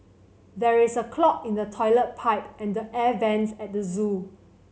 there is a clog in the toilet pipe and the air vent at the zoo